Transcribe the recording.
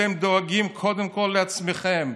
אתם דואגים קודם כול לעצמכם.